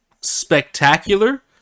spectacular